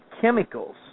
chemicals